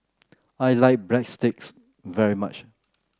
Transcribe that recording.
I like Breadsticks very much